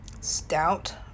stout